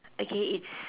okay it's